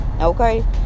okay